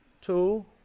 two